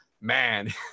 man